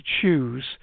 choose